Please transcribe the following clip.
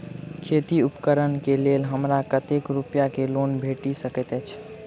खेती उपकरण केँ लेल हमरा कतेक रूपया केँ लोन भेटि सकैत अछि?